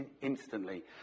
instantly